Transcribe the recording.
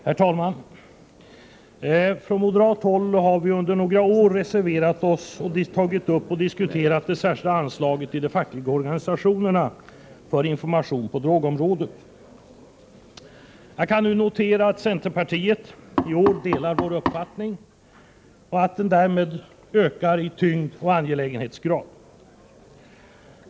Herr talman! Från moderat håll har vi under några år reserverat oss och tagit upp till diskussion det särskilda anslaget till de fackliga organisationerna för information på drogområdet. Jag kan nu notera att centerpartiet i år delar vår uppfattning och att vårt argument därmed ökar i tyngd och angelägenhetsgrad.